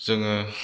जोङो